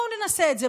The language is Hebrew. בואו ננסה את זה.